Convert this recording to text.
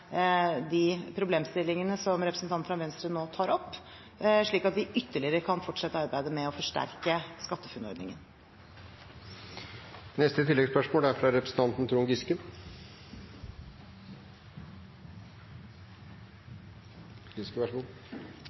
de problemstillingene som representanten fra Venstre nå tar opp, slik at vi ytterligere kan fortsette arbeidet med å forsterke